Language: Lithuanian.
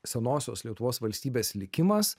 senosios lietuvos valstybės likimas